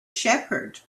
shepherd